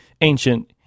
ancient